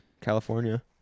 California